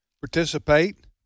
participate